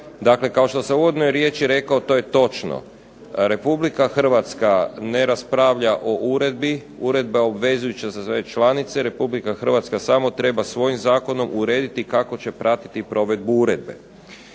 Kao što sam u uvodnoj riječi rekao to je točno. RH ne raspravlja o uredbi, uredba je obvezujuća za sve članice. RH samo treba svojim zakonom urediti kako će pratiti provedbu uredbe.